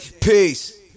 Peace